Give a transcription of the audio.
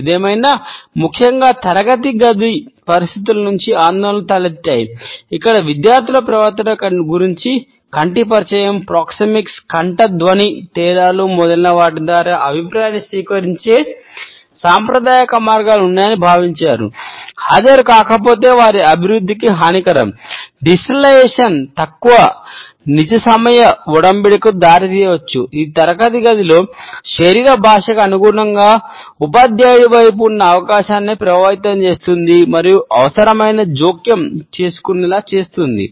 ఏదేమైనా ముఖ్యంగా తరగతి గది పరిస్థితుల గురించి ఆందోళనలు తలెత్తాయి ఇక్కడ విద్యార్థుల ప్రవర్తన గురించి కంటి పరిచయం ప్రాక్సెమిక్స్ తక్కువ నిజ సమయ వొడంబడికకు దారితీయవచ్చు ఇది తరగతి గదిలో శరీర భాషకి అనుగుణంగా ఉపాధ్యాయుడి వైపు ఉన్న అవకాశాన్ని ప్రభావితం చేస్తుంది మరియు అవసరమైతే జోక్యం చేసుకోవాలని సూచిస్తుంది